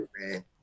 man